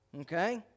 Okay